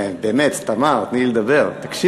עד שהקול מכריע אתה, לך עד הסוף,